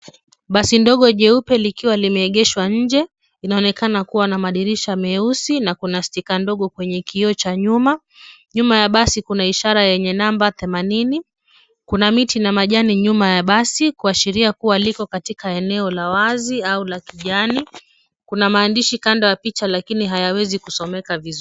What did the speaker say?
Basi ndogo jeupe likiwa limeegeshwa nje, linaonekana kuwa madirisha meusi na kuna sticker ndogo kwenye kioo cha nyuma. Nyuma ya basi kuna ishara yenye number themanini, kuna miti na majani nyuma ya basi kuashiria kuwa liko katika eneo la wazi au la kijani, kuna maandishi kando ya picha lakini hayawezi kusomeka vizuri.